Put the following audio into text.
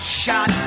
shot